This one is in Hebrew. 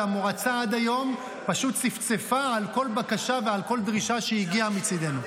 והמועצה עד היום פשוט צפצפה על כל בקשה ועל כל דרישה שהגיעה מצידנו.